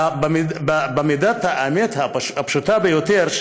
במידת האמת הפשוטה ביותר,